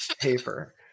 paper